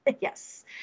Yes